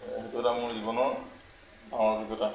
সেইটো এটা মোৰ জীৱনৰ ডাঙৰ অভিজ্ঞতা